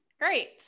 Great